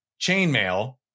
Chainmail